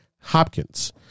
Hopkins